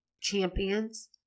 champions